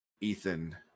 Ethan